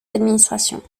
administrations